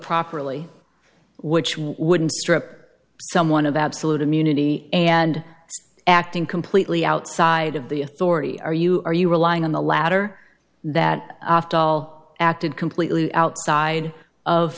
properly which we wouldn't strip someone of absolute immunity and acting completely outside of the authority are you are you relying on the latter that after all acted completely outside of